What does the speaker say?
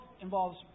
involves